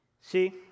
See